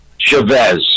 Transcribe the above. Chavez